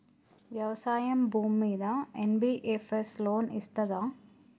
వ్యవసాయం భూమ్మీద NBFS loan ఇస్తదా?